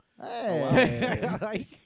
Hey